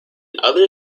other